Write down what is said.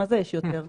מה זה "יש יותר"?